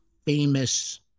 famous